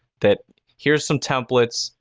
that here's some templates,